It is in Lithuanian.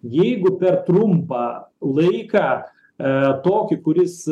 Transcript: jeigu per trumpą laiką tokį kuris